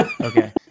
Okay